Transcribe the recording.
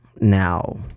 Now